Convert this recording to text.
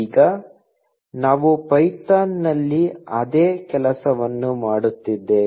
ಈಗ ನಾವು ಪೈಥಾನ್ನಲ್ಲಿ ಅದೇ ಕೆಲಸವನ್ನು ಮಾಡುತ್ತಿದ್ದೇವೆ